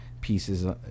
pieces